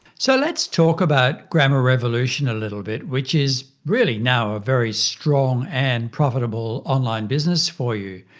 so let's talk about grammar revolution a little bit, which is really now a very strong and profitable online business for you.